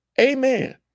amen